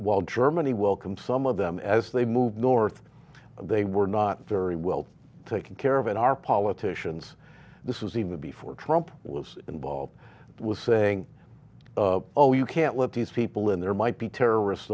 while germany welcome some of them as they move north they were not very well taken care of and our politicians this is even before trump was involved with saying oh you can't let these people in there might be terrorist